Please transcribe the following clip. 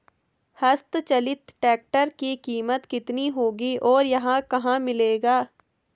हस्त चलित ट्रैक्टर की कीमत कितनी होगी और यह कहाँ मिलेगा?